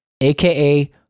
AKA